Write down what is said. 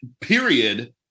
period